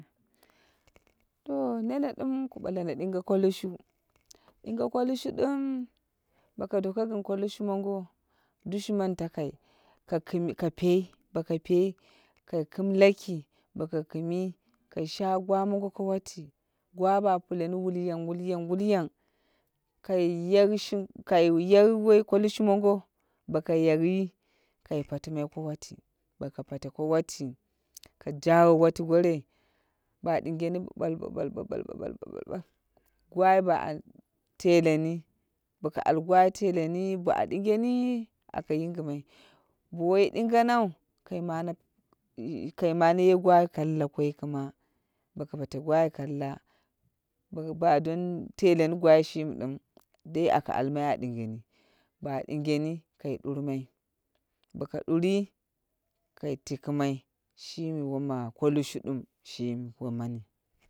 To nene dum ku ɓale na ɗinge, ko lushu. Dinge ko lushu dum boko doko gin ko lushu mongo dushumani takai ka piyi, boko peyi, ka kime laki boko kima kai shaye gwa mongo ko wati gwa ba pulem williyang wuliyang wuliyang. Kai ya woi ko lushu mongo boko yakyi kai patimai ko wati. Boko pate ko wati ka jakye wati gori ba ɗingeni ɓiɓal ɓiɓal ɓibal ɓibal ɓiɓal ɓiɓal gwai ba teleni. Boko al gwai a teleni ba ɗingeni a ka yingimai bowoi dinganau kai mane ye gwai kalla koi kuma. Boko pate gwai kalla. Ba domi teleni gwai shimi dim dai aka almai a dingeni. Ba dingeni kai ɗurmai boko duri kai tikimai shimi woma ko lushu dum shimi womani.